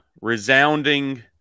resounding